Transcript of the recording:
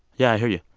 yeah, i hear you.